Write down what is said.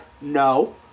No